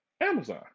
Amazon